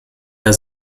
der